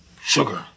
sugar